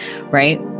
right